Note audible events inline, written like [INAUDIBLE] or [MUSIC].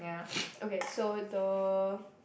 [NOISE] okay so the